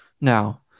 now